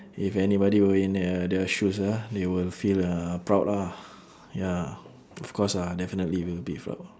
if anybody were in thei~ their shoes ah they will feel uh proud lah ya of course ah definitely will be proud